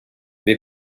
wir